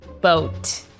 boat